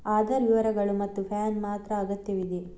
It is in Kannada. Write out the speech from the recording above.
ಆಧಾರ್ ವಿವರಗಳು ಮತ್ತು ಪ್ಯಾನ್ ಮಾತ್ರ ಅಗತ್ಯವಿದೆ